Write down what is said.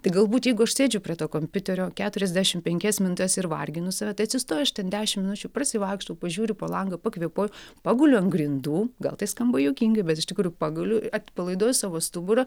tai galbūt jeigu aš sėdžiu prie to kompiuterio keturiasdešim penkias minutes ir varginu save tai atsistoju aš ten dešim minučių prasivaikštau pažiūriu pro langą pakvėpuoju paguliu ant grindų gal tai skamba juokingai bet iš tikrųjų paguliu atpalaiduoju savo stuburą